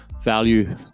value